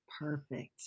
Perfect